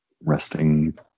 Resting